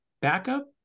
backup